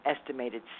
estimated